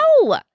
No